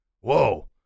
Whoa